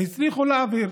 שהצליחו להעביר